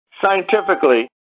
scientifically